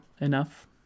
enough